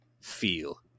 feel